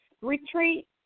retreat